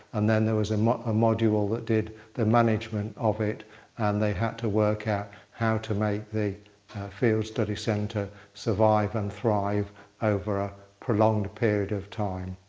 and then there was ah a module that did the management of it and they had to work out how to make the field study centre survive and thrive over a prolonged period of time.